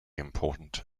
important